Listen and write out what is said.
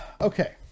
Okay